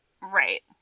Right